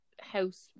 house